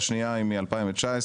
השנייה היא מ-2019.